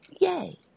Yay